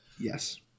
Yes